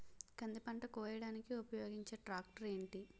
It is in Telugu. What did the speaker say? కంది పంట కోయడానికి ఉపయోగించే ట్రాక్టర్ ఏంటి?